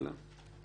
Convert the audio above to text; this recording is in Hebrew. הלאה.